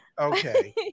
okay